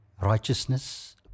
righteousness